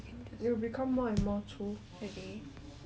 really